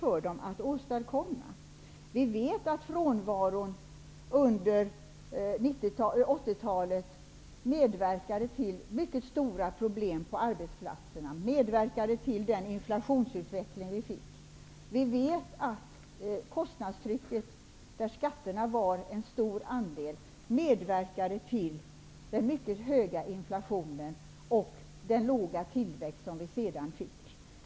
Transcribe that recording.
Vi vet att frånvaron från arbetsplatserna under 1980-talet medverkade till mycket stora problem. Frånvaron på arbetsplatserna medverkade också till den inflationsutveckling som vi fick. Vi vet att kostnadstrycket, med skatter som en stor andel, medverkade till den mycket höga inflationen och den låga tillväxt som vi sedan fick.